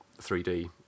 3D